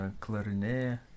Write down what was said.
clarinet